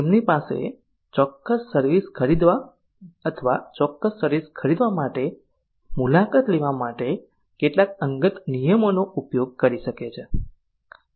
તેમની પાસે ચોક્કસ સર્વિસ ખરીદવા અથવા ચોક્કસ સર્વિસ ખરીદવા માટે મુલાકાત લેવા માટે કેટલાક અંગત નિયમોનો ઉપયોગ કરી શકે છે